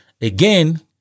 again